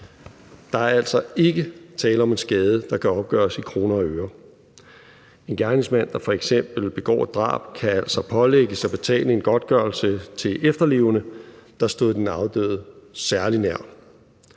Der er altså ikke tale om en skade, der kan opgøres i kroner og øre. En gerningsmand, der f.eks. begår et drab, kan altså pålægges at betale en godtgørelse til efterlevende, der stod den afdøde særlig nær.